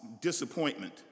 disappointment